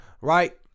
right